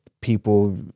people